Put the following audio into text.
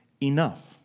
enough